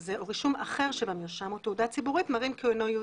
זה או רישום אחר של המרשם או תעודה ציבורית מראים כי הוא אינו יהודי'.